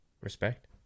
Respect